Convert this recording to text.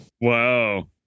Wow